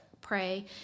pray